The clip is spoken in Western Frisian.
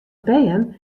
bern